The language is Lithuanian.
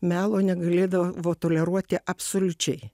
melo negalėdavo toleruoti absoliučiai